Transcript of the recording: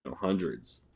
hundreds